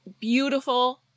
Beautiful